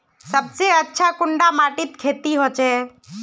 सबसे अच्छा कुंडा माटित खेती होचे?